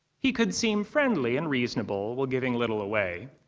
he could seem friendly and reasonable while giving little away.